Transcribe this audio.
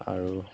আৰু